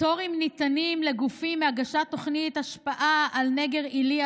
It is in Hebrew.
פטורים ניתנים לגופים מהגשת תוכנית השפעה על נגר עילי,